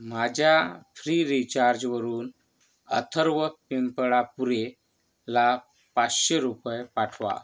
माझ्या फ्री रीचार्जवरून अथर्व पिंपळापुरेला पाचशे रुपये पाठवा